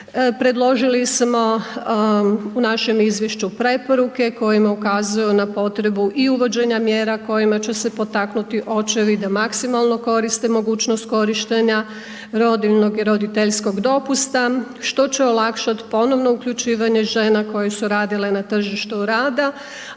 Predložili smo u našem izvješću preporuke kojima ukazuju na potrebu i uvođenja mjera kojima će se potaknuti očevi da maksimalno koriste mogućnost korištenja rodiljnog i roditeljskog dopusta, što će olakšati ponovno uključivanje žena koje su radile na tržištu rada,